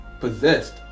possessed